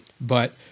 But-